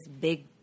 big